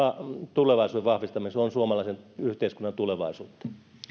tulevaisuuden vahvistaminen se on suomalaisen yhteiskunnan tulevaisuutta